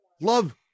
love